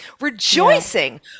rejoicing